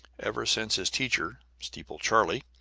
ever since his teacher, steeple charlie,